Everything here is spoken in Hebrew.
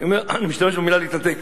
אני משתמש במלה "להתנתק"